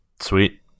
Sweet